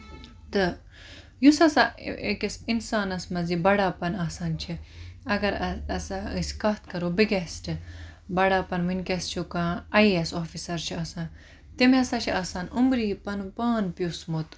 تہٕ یُس ہسا أکِس اِنسانَس منٛز یہِ بَڑاپَن آسان چھُ اَگر ہسا أسۍ کَتھ کرو بِگیسٹ بَڑاپَن ؤنکیٚس چھُ کانہہ آی اے ایس آفِسر چھُ آسان تٔمۍ ہسا چھُ آسان عُمری یہِ پَنُن پان پِسمُت